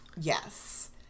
yes